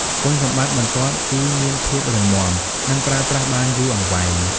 គុណសម្បត្តិបន្ទាប់គឺមានភាពរឹងមាំ និងប្រើប្រាស់បានយូរអង្វែង។